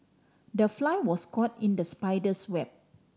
the fly was caught in the spider's web